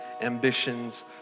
ambitions